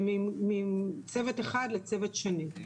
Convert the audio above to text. מצוות אחד, לצוות שני.